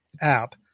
app